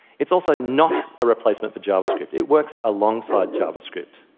it's also not a replacement for javascript, it works alongside javascript.